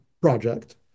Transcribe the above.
project